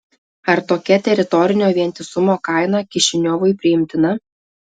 ar tokia teritorinio vientisumo kaina kišiniovui priimtina